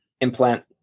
implant